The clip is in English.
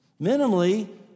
Minimally